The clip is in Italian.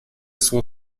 suo